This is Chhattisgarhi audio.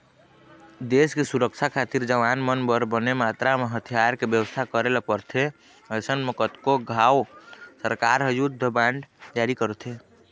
देस के सुरक्छा खातिर जवान मन बर बने मातरा म हथियार के बेवस्था करे ल परथे अइसन म कतको घांव सरकार ह युद्ध बांड जारी करथे